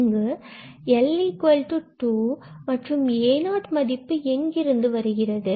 இங்கு L 2 a0 மதிப்பு எங்கிருந்து வருகிறது